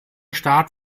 staat